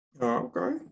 Okay